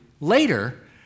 later